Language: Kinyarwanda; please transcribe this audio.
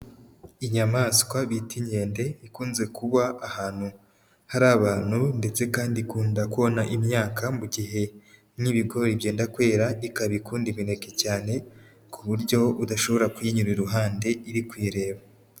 Inyamaswa bita inkende ikunze kuba ahantu hari abantu ndetse kandi ikunda kona imyaka mu gihe nk'ibigori byenda kwera, ikaba ikunda imineke cyane ku buryo udashobora kuyinyura iruhande iri kuyireba.